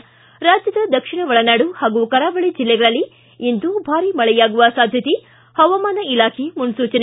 ಿ ರಾಜ್ವದ ದಕ್ಷಿಣ ಒಳನಾಡು ಹಾಗೂ ಕರಾವಳಿ ಜಿಲ್ಲೆಗಳಲ್ಲಿ ಇಂದು ಭಾರಿ ಮಳೆಯಾಗುವ ಸಾಧ್ಯತೆ ಹವಾಮಾನ ಇಲಾಖೆ ಮುನ್ಸುಚನೆ